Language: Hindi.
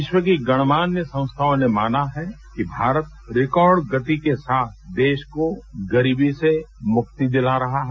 विश्व की गणमान्य संस्थाओं ने माना है कि भारत रिकॉर्ड गति के साथ देश को गरीबी से मुक्ति दिला रहा है